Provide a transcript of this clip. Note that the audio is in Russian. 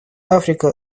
африка